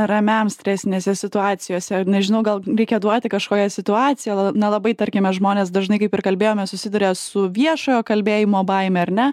ramiam stresinėse situacijose ar nežinau gal reikia duoti kažkokią situaciją na labai tarkime žmonės dažnai kaip ir kalbėjome susiduria su viešojo kalbėjimo baime ar ne